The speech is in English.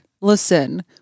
listen